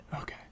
Okay